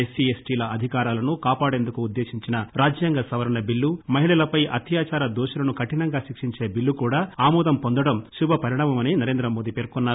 SC ఎస్టిల అధికారాలను కాపాడేందుకు ఉద్దేశించిన రాజ్యాంగ సవరణ బిల్లు మహిళలపై అత్యాచార దోషులను కఠినంగా శిక్షించే బిల్లు కూడా ఆమోదం పొందడం శుభపరిణామమని నరేందమోడీ పేర్సొన్నారు